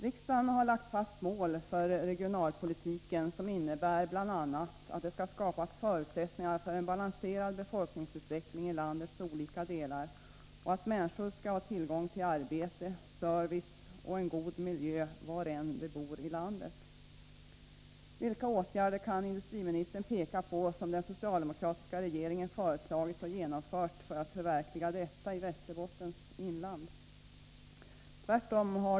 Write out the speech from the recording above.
Riksdagen har lagt fast mål för regionalpolitiken som bl.a. innebär att det skall skapas förutsättningar för en balanserad befolkningsutveckling i landets olika delar och att människor skall ha tillgång till arbete, service och en god miljö var de än bor i landet. Vilka åtgärder kan industriministern peka på som den socialdemokratiska regeringen föreslagit och genomfört för att förverkliga detta i Västerbottens inland?